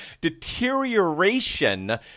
Deterioration